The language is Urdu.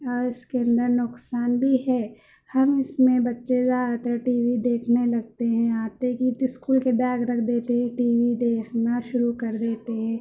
اور اس کے اندر نقصان بھی ہے ہم اس میں بچّے زیادہ تر ٹی وی دیکھنے لگتے ہیں آتے کی وقت اسکول کے بیگ رکھ دیتے ٹی وی دیکھنا شروع کردیتے ہیں